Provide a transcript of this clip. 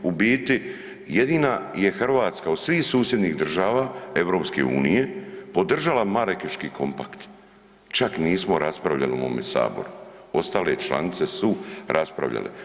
U biti jedina je Hrvatska od svih susjednih država EU podržala Marakeški kompakt, čak nismo raspravljali u ovome saboru, ostale članice su raspravljale.